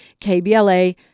KBLA